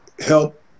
help